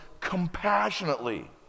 compassionately